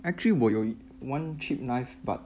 actually 我有 one cheap knife but